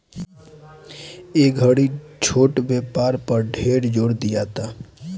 ए घड़ी छोट व्यापार पर ढेर जोर दियाता